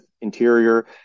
interior